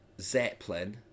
Zeppelin